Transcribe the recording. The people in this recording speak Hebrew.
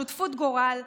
שותפות גורל,